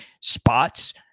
spots